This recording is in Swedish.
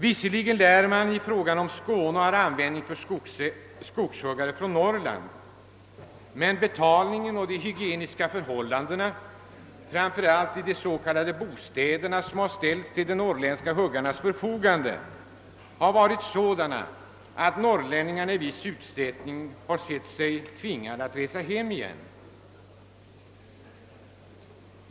Visserligen lär man i Skåne ha användning för skogshuggare från Norrland, men betalningen och de hygieniska förhållandena, framför allt i de s.k. bostäder som ställts till förfogande för dem har varit sådana, att norrlänningarna i viss utsträckning sett sig tvingade resa hem igen.